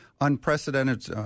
unprecedented